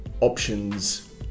Options